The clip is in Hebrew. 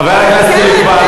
חבר הכנסת חיליק בר.